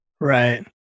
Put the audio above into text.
right